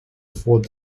afford